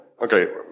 Okay